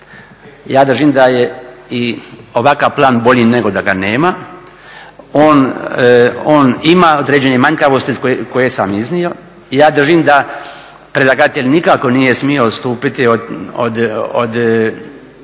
Ja držim da je i ovakav plan bolji nego da ga nema. On ima određene manjkavosti koje je sam iznio, ja držim da predlagatelj nikako nije smio odstupiti od